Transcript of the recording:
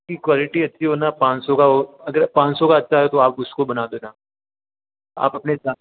उसकी क्वालिटी अच्छी हो ना पाँच सौ का हो अगर पाँच सौ का अच्छा है तो आप उसको बना देना आप अपने हिसाब